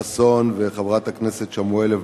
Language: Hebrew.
חבר הכנסת יואל חסון וחברת הכנסת שמאלוב-ברקוביץ,